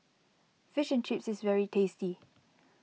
Fish and Chips is very tasty